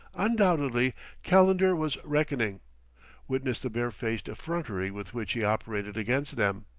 undoubtedly calendar was reckoning witness the barefaced effrontery with which he operated against them.